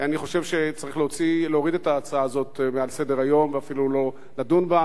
אני חושב שצריך להוריד את ההצעה הזאת מעל סדר-היום ואפילו לא לדון בה.